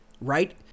right